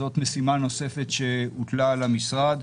זאת משימה נוספת שהוטלה על המשרד.